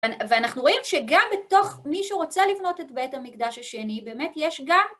ואנחנו רואים שגם בתוך מי שרוצה לבנות את בית המקדש השני, באמת יש גם...